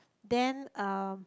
then uh